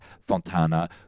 Fontana